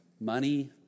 money